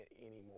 anymore